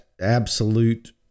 absolute